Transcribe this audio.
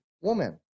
woman